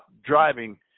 driving